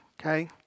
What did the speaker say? Okay